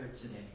today